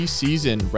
season